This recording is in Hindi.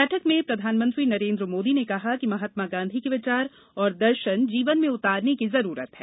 बैठक में प्रधानमंत्री नरेंद्र मोदी ने कहा कि महात्मा गांधी के विचार और दर्शन जीवन में उतारने की जरूरत है